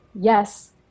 yes